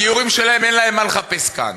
הגיורים שלהם, אין להם מה לחפש כאן,